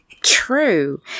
true